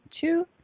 two